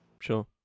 sure